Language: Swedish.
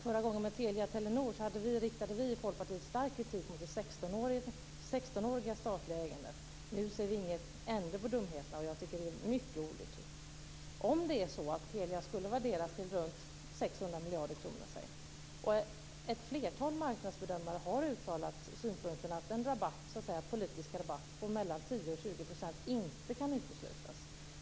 Förra gången, med Telia och Telenor, riktade vi i Folkpartiet stark kritik mot det 16-åriga statliga ägandet. Nu ser vi ingen ände på dumheterna, och jag tycker att det är mycket olyckligt. Vi kan säga att Telia värderas till runt 600 miljarder kronor. Ett flertal marknadsbedömare har uttalat synpunkten att en politisk rabatt på mellan 10 och 20 % inte kan uteslutas.